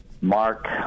Mark